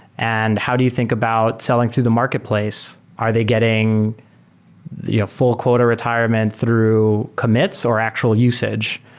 and how do you think about selling through the marketplace? are they getting you know full quota retirement through commits or actual usage?